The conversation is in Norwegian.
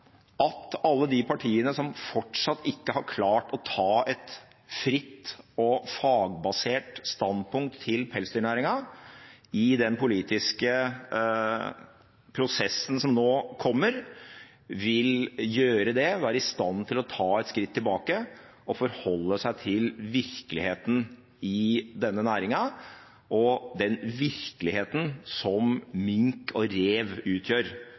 at alle de partiene som fortsatt ikke har klart å ta et fritt og fagbasert standpunkt til pelsdyrnæringen i den politiske prosessen som nå kommer, vil gjøre det og være i stand til å ta et skritt tilbake og forholde seg til virkeligheten i denne næringen, den virkeligheten som mink og rev utgjør